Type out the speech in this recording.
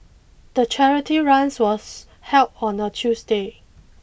the charity runs was held on a Tuesday